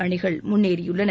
அணிகள் முன்னேறியுள்ளன